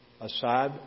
aside